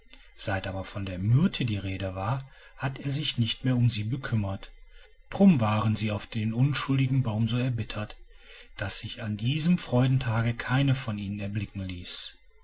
seit aber von der myrte die rede war hatte er sich nicht mehr um sie bekümmert drum waren sie auf den unschuldigen baum so erbittert daß sich an diesem freudentage keine von ihnen erblicken ließ